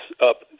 up